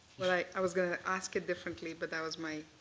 but i i was going to ask it differently, but that was my